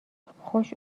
خوش